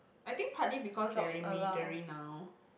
I think partly because they're in military now